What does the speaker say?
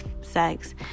sex